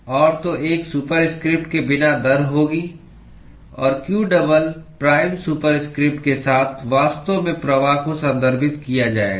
और तो एक सुपरस्क्रिप्ट के बिना दर होगी और q डबल प्राइम सुपरस्क्रिप्ट के साथ वास्तव में प्रवाह को संदर्भित किया जाएगा